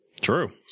True